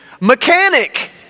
mechanic